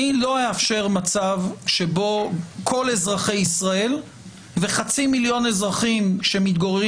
אני לא אאפשר מצב שבו כל אזרחי ישראל וחצי מיליון אזרחים שמתגוררים